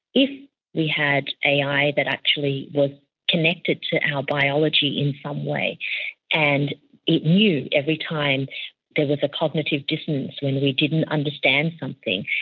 if we had ai that actually was connected to our biology in some way and it knew every time there was a cognitive dissonance when we didn't understand something,